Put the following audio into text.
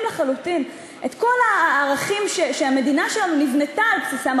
לחלוטין את כל הערכים שהמדינה שלנו נבנתה על בסיסם,